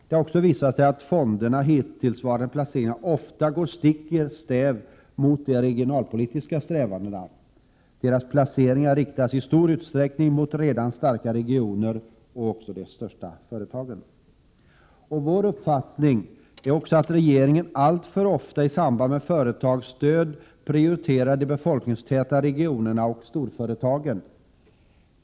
Det har också visat sig att fondernas hittillsvarande placeringar ofta gått stick i stäv mot de regionalpolitiska strävandena. Deras placeringar riktas i stor utsträckning mot de redan starka regionerna och de största företagen. Vår uppfattning är också att regeringen alltför ofta i samband med företagsstöd m.m. prioriterar de befolkningstäta regionerna och storföretagen.